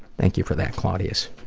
thank you for that, claudius.